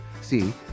See